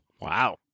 Wow